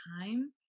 time